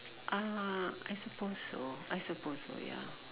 uh I supposed so I supposed so ya